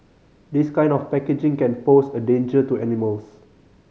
this kind of packaging can pose a danger to animals